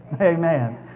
Amen